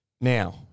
Now